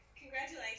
congratulations